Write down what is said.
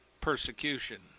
persecution